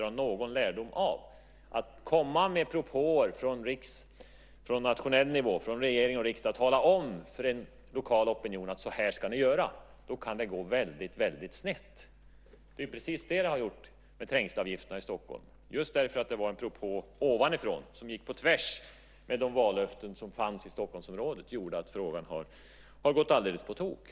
Det kan gå väldigt snett att komma med propåer från nationell nivå, från regering och riksdag, och tala om för en lokal opinion: Så här ska ni göra. Det är precis vad som har skett med trängselavgifterna i Stockholm. Det var en propå ovanifrån som gick på tvärs med de vallöften som fanns i Stockholmsområdet. Det har gjort att frågan har gått alldeles på tok.